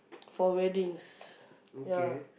for weddings ya